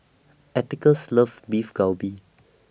Atticus loves Beef Galbi